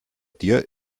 dir